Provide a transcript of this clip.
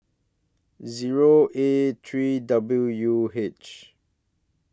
Zero A three W U H